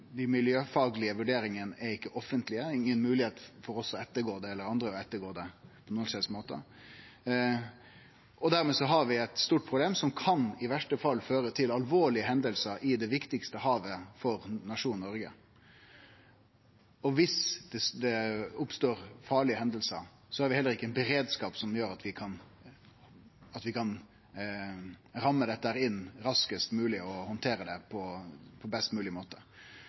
Dei miljøfaglege vurderingane er ikkje offentlege. Vi eller andre har inga moglegheit – på nokon som helst måte – til å ettergå det. Dermed har vi eit stort problem, som i verste fall kan føre til alvorlege hendingar i det viktigaste havet for nasjonen Noreg. Viss det oppstår alvorlege hendingar, har vi heller ikkje ein beredskap som gjer at vi kan ramme dette inn raskast mogleg og handtere det på best mogleg måte.